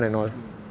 ya good